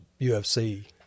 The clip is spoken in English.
UFC